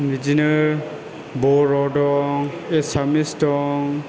बिदिनो बर' दं एसामिस दं